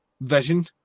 vision